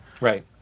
right